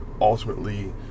ultimately